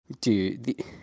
dude